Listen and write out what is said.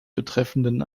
betreffenden